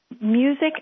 music